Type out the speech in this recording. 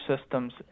systems